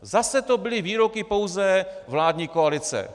Zase to byly výroky pouze vládní koalice.